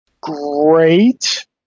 great